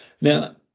Now